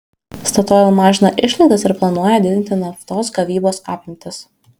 statoil mažina išlaidas ir planuoja didinti naftos gavybos apimtis